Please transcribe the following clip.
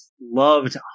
loved